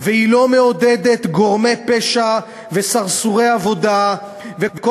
והיא לא מעודדת גורמי פשע וסרסורי עבודה וכל